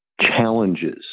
challenges